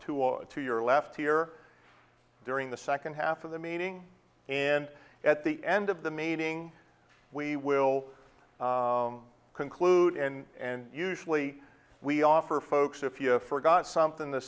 over to your left here during the second half of the meeting and at the end of the meeting we will conclude and usually we offer folks if you forgot something t